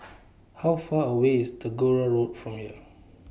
How Far away IS Tagore Road from here